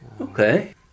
Okay